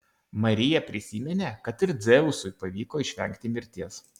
marija prisiminė kad ir dzeusui pavyko išvengti mirties